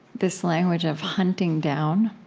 this language of hunting down